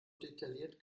detailliert